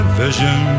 vision